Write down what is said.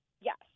Yes